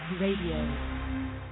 Radio